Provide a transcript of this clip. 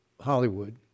Hollywood